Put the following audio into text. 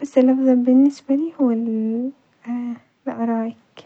بس الأفظل بالنسبة لي هو ال الآرائك.